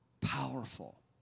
Powerful